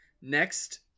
Next